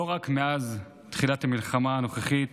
לא רק מאז תחילת המלחמה הנוכחית